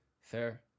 Fair